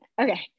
Okay